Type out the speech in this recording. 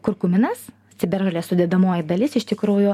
kurkuminas ciberžolės sudedamoji dalis iš tikrųjų